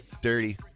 dirty